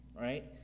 right